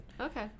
Okay